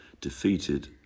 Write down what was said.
defeated